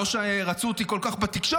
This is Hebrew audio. לא שרצו אותי כל כך בתקשורת,